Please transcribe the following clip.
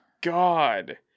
God